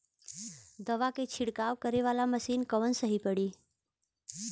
दवा के छिड़काव करे वाला मशीन कवन सही पड़ी?